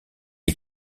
est